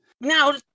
Now